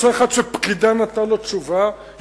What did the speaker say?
נושא אחד שפקידה נתנה עליו תשובה,